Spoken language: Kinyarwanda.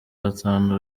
batanu